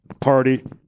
Party